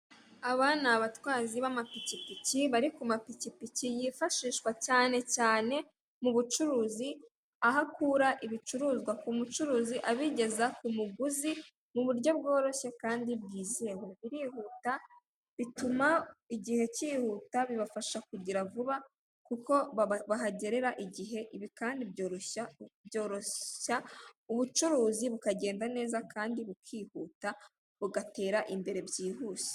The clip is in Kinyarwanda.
Aba ni abatwazi b'amapikipiki bari kumapikipiki yifashishwa cyane cyane mu bucuruzi, aho aho akura ibicuruzwa ku mucuruzi abigeza kumuguzi mu buryo bworosye kandi bwizewe, birihuta bituma igihe kihuta bibafasha kugira vuba kuko bahagerera igihe. Ibi kandi byoroshya byoroshya ubucuruzi bukagenda neza kandi bukihuta bugatera imbere byihuse.